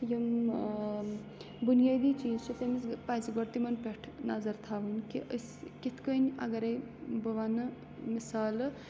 یِم بُنیٲدی چیٖز چھِ تٔمِس پَزِ گۄڈٕ تِمَن پٮ۪ٹھ نَظر تھاوٕنۍ کہِ أسۍ کِتھ کٔنۍ اَگَرے بہٕ وَنہٕ مِثالہٕ